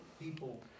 people